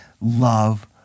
love